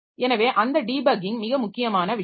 எனவே அந்த டீபக்கிங் மிக முக்கியமான விஷயம்